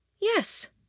Yes